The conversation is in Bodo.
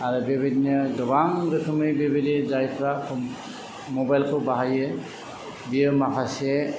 आरो बेबायदिनो गोबां रोखोमै बेबायदि जायफ्रा मबाइल खौ बाहायो बियो माखासे